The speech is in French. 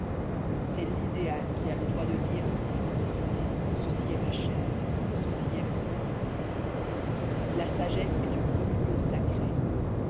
c'est l'idéal qui a le droit de dire prenez ceci est ma chair ceci est mon sang la sagesse est une communion sacrée